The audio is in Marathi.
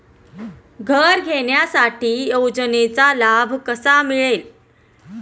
घर घेण्यासाठी योजनेचा लाभ कसा मिळेल?